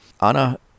Anna